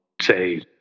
say